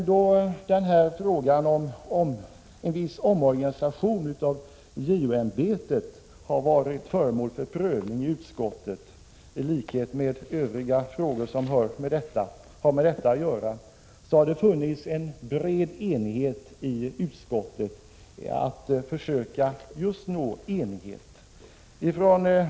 Då frågan om en viss omorganisation av JO-ämbetet har prövats i utskottet, har det funnits en strävan att vi skulle försöka nå enighet.